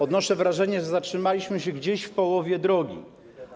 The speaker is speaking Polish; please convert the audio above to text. Odnoszę wrażenie, że zatrzymaliśmy się gdzieś w połowie drogi.